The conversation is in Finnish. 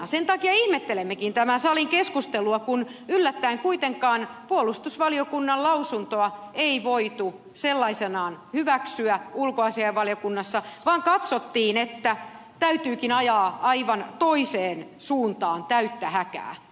sen takia ihmettelemmekin tämän salin keskustelua kun yllättäen kuitenkaan puolustusvaliokunnan lausuntoa ei voitu sellaisenaan hyväksyä ulkoasiainvaliokunnassa vaan katsottiin että täytyykin ajaa aivan toiseen suuntaan täyttä häkää